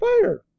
fire